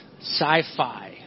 sci-fi